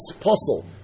puzzle